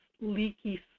leaky